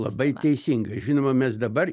labai teisingai žinoma mes dabar